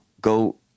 go